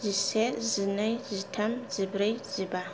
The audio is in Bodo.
जिसे जिनै जिथाम जिब्रै जिबा